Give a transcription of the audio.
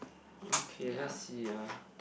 okay let see ah